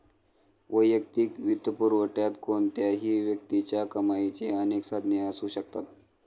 वैयक्तिक वित्तपुरवठ्यात कोणत्याही व्यक्तीच्या कमाईची अनेक साधने असू शकतात